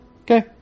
Okay